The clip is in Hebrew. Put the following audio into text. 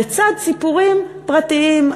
בצד סיפורים פרטיים,